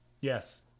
Yes